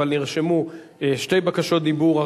אבל נרשמו שתי בקשות דיבור.